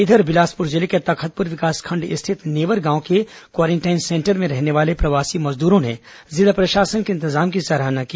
इधर बिलासपुर जिले को तखतपुर विकासखंड स्थित नेवर गांव के क्वारेंटाइन सेंटर में रहने वाले प्रवासी मजदूरों ने जिला प्रशासन के इंतजाम की सराहना की